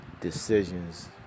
decisions